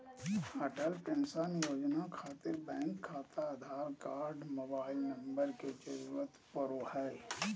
Atal pension Yojana खातिर bank खाता Aadhaar card आर मोबाइल नम्बर के जरूरत परो हय